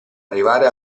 arrivare